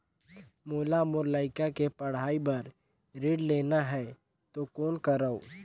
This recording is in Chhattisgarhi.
मोला मोर लइका के पढ़ाई बर ऋण लेना है तो कौन करव?